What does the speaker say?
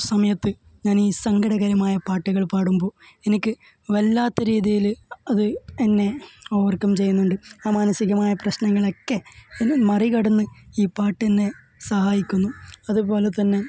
സമയത്ത് ഞാൻ ഈ സങ്കടകരമായ പാട്ടുകള് പാടുമ്പോൾ എനിക്ക് വല്ലാത്ത രീതിയിൽ അത് എന്നെ ഓവര്കം ചെയ്യുന്നുണ്ട് ആ മാനസികമായ പ്രശ്നങ്ങളൊക്കെ മറികടന്ന് ഈ പാട്ട് എന്നെ സഹായിക്കുന്നു അതുപോലെ തന്നെ